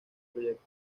proyecto